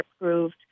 approved